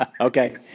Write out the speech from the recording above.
Okay